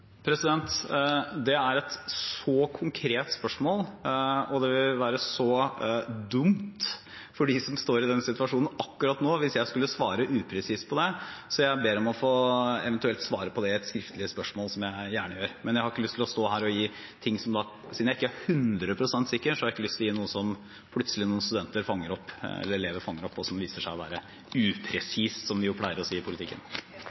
Det er et så konkret spørsmål – og det vil være så dumt for dem som står i den situasjonen akkurat nå hvis jeg skulle svare upresist på det – at jeg ber om å få eventuelt svare på det i et skriftlig spørsmål, som jeg gjerne gjør. Men siden jeg ikke er 100 pst. sikker, har jeg ikke lyst til å si noe som plutselig noen studenter eller elever fanger opp, og som viser seg å være upresist, som vi pleier å si i politikken. Jeg er sikker på